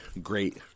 great